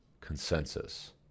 consensus